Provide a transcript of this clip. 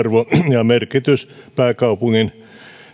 ja merkitys pääkaupungin